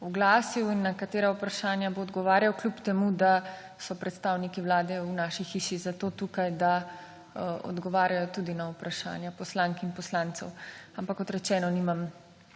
oglasil in na katera vprašanja bo odgovarjal, kljub temu, da so predstavniki Vlade v naši hiši zato tukaj, da odgovarjajo tudi na vprašanja poslank in poslancev. Ampak, kot rečemo, nimam